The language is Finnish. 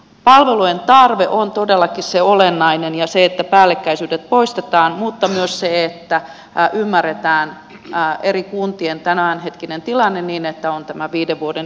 palvelujen tarve on todellakin se olennainen ja se että päällekkäisyydet poistetaan mutta myös se että ymmärretään eri kuntien tämänhetkinen tilanne niin että on tämä viiden vuoden siirtymäaika